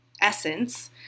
essence